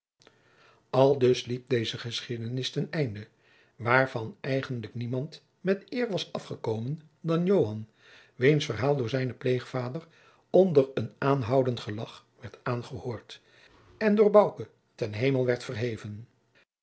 aldus liep deze geschiedenis ten einde waarvan eigenlijk niemand met eer was afgekomen dan joan wiens verhaal door zijnen pleegvader onder een aanhoudend gelagch werd aangehoord en door bouke ten hemel werd verheven